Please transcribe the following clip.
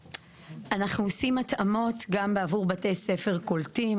אנחנו עושים התאמות גם בעבור בתי ספר קולטים.